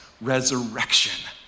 resurrection